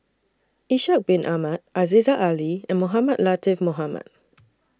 Ishak Bin Ahmad Aziza Ali and Mohamed Latiff Mohamed